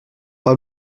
pas